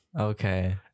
Okay